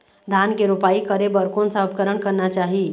धान के रोपाई करे बर कोन सा उपकरण करना चाही?